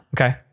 Okay